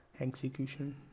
execution